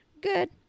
Good